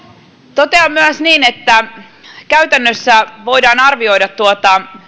totean myös niin että käytännössä voidaan arvioida tuota